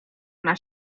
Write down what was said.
ona